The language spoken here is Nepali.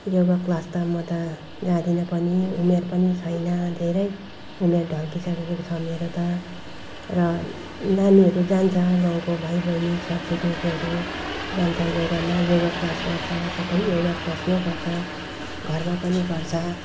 योगा क्लास त म त जाँदिनँ पनि उमेर पनि छैन धेरै उमेर ढल्किसकेको छ मेरो त र नानीहरू जान्छ गाउँको भाइ बहिनी छर छिमेकीहरू जान्छ योगामा योगा क्लास गर्छ सबै योगा क्लास नै गर्छ घरमा पनि गर्छ